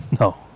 No